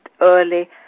early